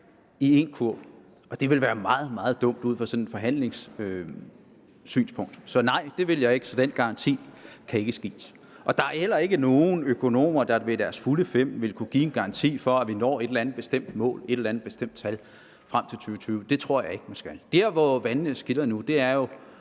i én vægtskål. Det ville være meget, meget dumt ud fra sådan et forhandlingssynspunkt. Så nej, det vil jeg ikke, den garanti kan ikke gives. Der er heller ikke nogen økonomer, der ved deres fulde fem vil kunne give en garanti for, at vi når et eller andet bestemt mål, et eller andet bestemt tal frem til år 2020. Det tror jeg ikke man kan. Der, hvor jeg synes vandene skiller nu, er jo